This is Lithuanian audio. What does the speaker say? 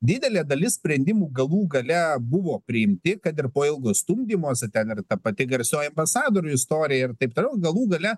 didelė dalis sprendimų galų gale buvo priimti kad ir po ilgo stumdymosi ten ir ta pati garsioji ambasadorių istorija ir taip toliau ir galų gale